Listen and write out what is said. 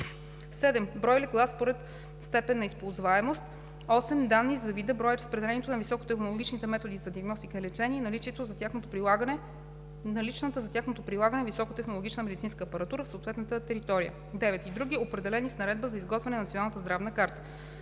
7. брой легла според степен на използваемост; 8. данни за вида, броя и разпределението на високотехнологичните методи за диагностика и лечение и наличната за тяхното прилагане високотехнологична медицинска апаратура в съответната територия; 9. и други, определени с наредбата за изготвяне на Националната здравна карта.